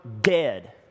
dead